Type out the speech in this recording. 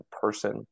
person